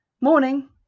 Morning